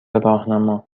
راهنما